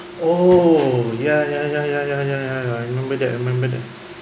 oh ya ya ya ya ya ya I remember that I remember that